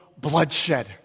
bloodshed